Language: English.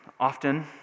Often